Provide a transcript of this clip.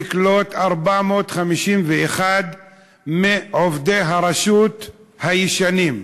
לקלוט 451 מעובדי הרשות הישנה,